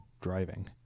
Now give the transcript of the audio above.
driving